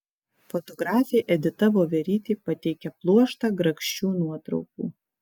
fotografė edita voverytė pateikia pluoštą grakščių nuotraukų